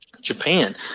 Japan